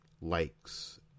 likes